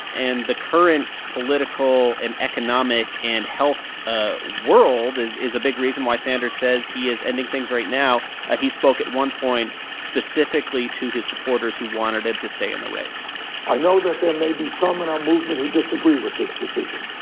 and the current political and economic and health ah world is is a big reason why sanders says he is ending things right now. he spoke at one point specifically to his supporters who wanted him to stay in the race i know that there may be some in our movement who disagree with this decision,